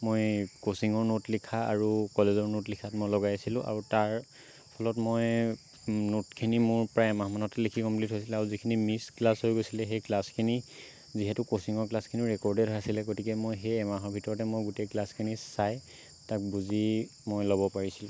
মই ক'চিঙৰ ন'ট লিখা আৰু কলেজৰ ন'ট লিখাত মই লগাইছিলো আৰু তাৰ ফলত মই ন'টখিনি মোৰ প্ৰায় এমাহমানতে লিখি কমপ্লিট হৈছিলে আৰু যিখিনি মিছ ক্লাছ হৈ গৈছিলে সেই ক্লাছখিনি যিহেতু ক'ছিঙৰ ক্লাছখিনিও ৰেক'ৰ্ডেডহে আছিলে গতিকে মই সেই এমাহৰ ভিতৰতে মই গোটেই ক্লাছখিনি চাই তাক বুজি মই ল'ব পাৰিছিলো